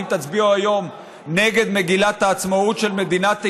האם תצביעו היום נגד מגילת העצמאות של מדינת ישראל?